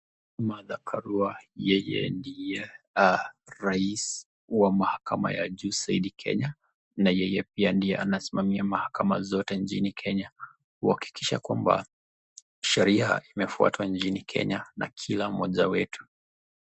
Martha Karua, yeye ndiye rais wa mahakama ya juu zaidi Kenya na yeye pia ndiye anasimamia mahakama zote nchini Kenya, wakihakikisha kwamba sheria imefuatwa nchini Kenya na kila mmoja wetu.